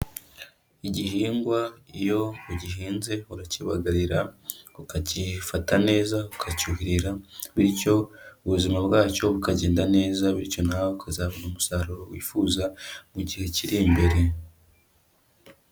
Igihingwa iyo ugihinze, urakibagarira ukagifata neza, ukacyuhirira bityo ubuzima bwacyo bukagenda neza bityo nawe ukazabona umusaruro wifuza mu gihe kiri imbere.